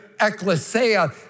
Ecclesia